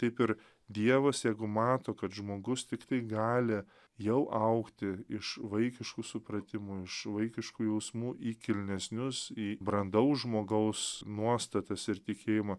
taip ir dievas jeigu mato kad žmogus tiktai gali jau augti iš vaikiškų supratimų iš vaikiškų jausmų į kilnesnius į brandaus žmogaus nuostatas ir tikėjimą